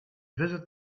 visit